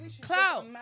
Cloud